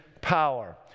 power